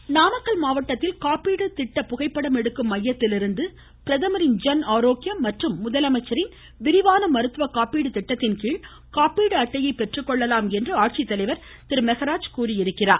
இருவரி நாமக்கல் மாவட்டத்தில் காப்பீட்டு திட்ட புகைப்படம் எடுக்கும் மையத்திலிருந்து பிரதமரின் ஜன் ஆரோக்யம் மற்றும் முதலமைச்சரின் விரிவான மருத்துவ காப்பீட்டு திட்டத்தின்கீழ் காப்பீட்டு அட்டையை பெற்றுக்கொள்ளலாம் என மாவட்ட ஆட்சித்தலைவர் திரு மெகராஜ் தெரிவித்திருக்கிறார்